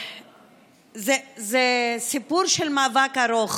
זה סיפור של מאבק ארוך